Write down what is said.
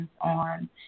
on